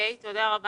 תודה רבה.